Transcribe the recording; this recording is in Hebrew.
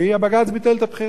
בג"ץ ביטל את הבחירות.